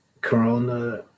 corona